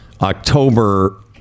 October